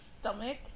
stomach